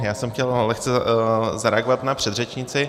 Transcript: Já jsem chtěl lehce zareagovat na předřečnici.